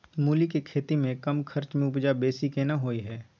मूली के खेती में कम खर्च में उपजा बेसी केना होय है?